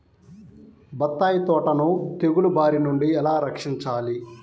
బత్తాయి తోటను తెగులు బారి నుండి ఎలా రక్షించాలి?